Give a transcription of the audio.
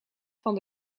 van